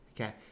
Okay